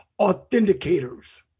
authenticators